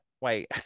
wait